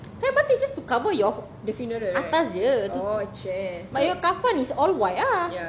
kain batik just to cover your atas jer but your kafan is all white ah